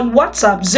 WhatsApp